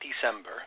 December